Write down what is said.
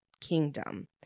kingdom